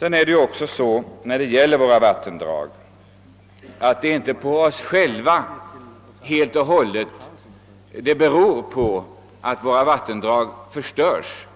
Vidare är det inte uteslutande på oss själva det beror att våra vattendrag förstörs;